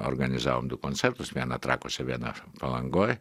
organizavom du koncertus vieną trakuose vieną palangoj